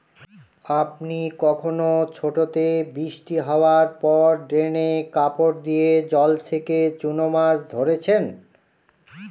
আপনি কখনও ছোটোতে বৃষ্টি হাওয়ার পর ড্রেনে কাপড় দিয়ে জল ছেঁকে চুনো মাছ ধরেছেন?